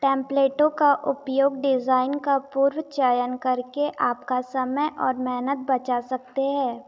टेम्पलेटों का उपयोग डिज़ाइन का पूर्व चयन करके आपका समय और मेहनत बचा सकते हैं